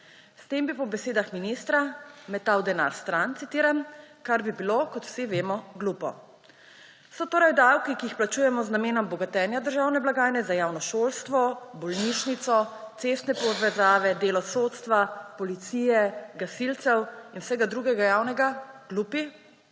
S tem bi po besedah ministra metal denar stran, citiram, »kar bi bilo, kot vsi vemo, glupo«. So torej davki, ki jih plačujemo z namenom bogatenja državne blagajne za javno šolstvo, bolnišnico, cestne povezave, delo sodstva, policije, gasilcev in vsega drugega javnega glupi?